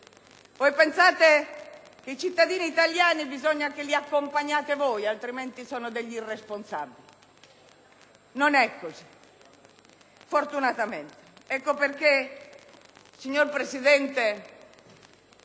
Voi pensate che i cittadini italiani bisogna che li accompagniate voi, altrimenti sono degli irresponsabili. Non è così, fortunatamente. Ecco perché, signor Presidente,